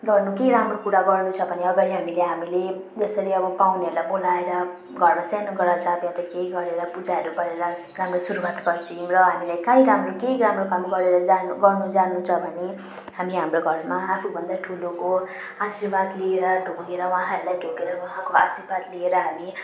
गर्नु केही राम्रो कुरा गर्नु छ भने अगाडि हामीले हामीले जसरी अब बाहुनहरूलाई बोलाएर घरमा सानो गोडा चार या त केही गरेर पूजाहरू गरेर जस्तो राम्रो सुरुआत गर्छौँ र हामीले काहीँ राम्रो केही राम्रो गरेर जानु गर्नु जानु छ भने हामी हाम्रो घरमा आफूभन्दा ठुलोको आशीर्वाद लिएर ढोगेर उहाँहरूलाई ढोगेर उहाँको आशीर्वाद लिएर हामी